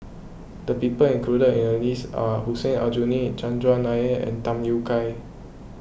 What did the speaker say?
the people included in the list are Hussein Aljunied Chandran Nair and Tham Yui Kai